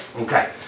Okay